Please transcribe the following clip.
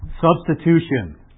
substitution